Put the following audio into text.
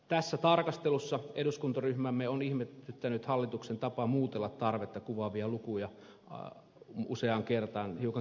tässä tarkastelussa eduskuntaryhmäämme on ihmetyttänyt hallituksen tapa muutella tarvetta kuvaavia lukuja useaan kertaan hiukan keveinkin perustein